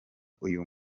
uyu